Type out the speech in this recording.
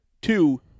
Two